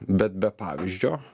bet be pavyzdžio